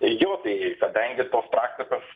jo tai kadangi tos praktikos